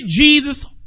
Jesus